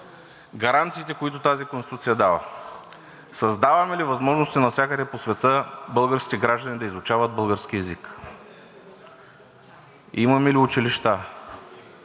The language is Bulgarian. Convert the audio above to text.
гаранциите, които тази Конституция дава? Създаваме ли възможности навсякъде по света българските граждани да изучават български език? Имаме ли училища?